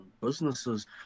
businesses